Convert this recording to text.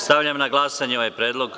Stavljam na glasanje ovaj predlog.